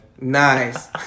Nice